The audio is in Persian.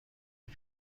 یکی